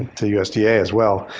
to usda yeah as well.